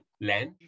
land